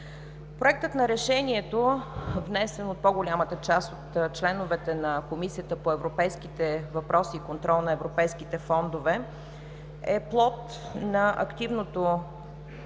Проектът на решението, внесен от по-голямата част от членовете на Комисията по европейските въпроси и контрол на европейските фондове, е плод на активното